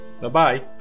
Bye-bye